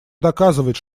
доказывать